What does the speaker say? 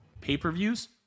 pay-per-views